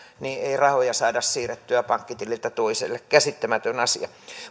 että ei rahoja saada siirrettyä pankkitililtä toiselle käsittämätön asia